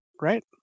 right